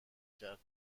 کرد